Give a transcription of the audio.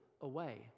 away